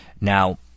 Now